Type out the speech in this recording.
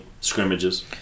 scrimmages